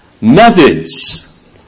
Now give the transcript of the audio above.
methods